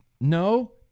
No